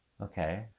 Okay